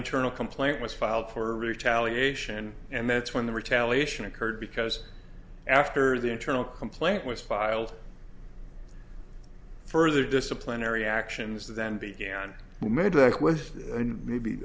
internal complaint was filed for retaliation and that's when the retaliation occurred because after the internal complaint was filed further disciplinary actions then began